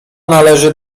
należy